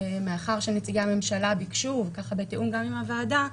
מאחר שנציגי הממשלה ביקשו ובתיאום גם עם הוועדה,